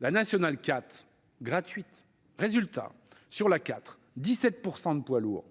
la nationale 4, gratuite. Résultat : 17 % de poids lourds